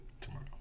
tomorrow